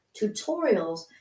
tutorials